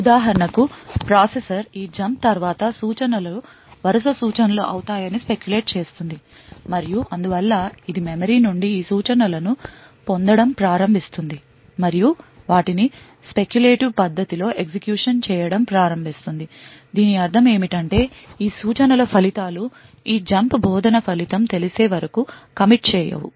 ఉదాహరణకు ప్రాసెసర్ ఈ జంప్ తరువాత సూచనలు వరుస సూచనలు అవుతాయని speculate చేస్తుంది మరియు అందువల్ల ఇది మెమరీ నుండి ఈ సూచనలను పొందడం ప్రారంభిస్తుంది మరియు వాటిని speculative పద్ధతిలో ఎగ్జిక్యూషన్ చేయడం ప్రారంభిస్తుంది దీని అర్థం ఏమిటంటే ఈ సూచనల ఫలితాలు ఈ జంప్ బోధన ఫలితం తెలిసే వరకు commit చేయవు